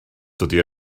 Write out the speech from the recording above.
dydy